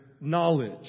knowledge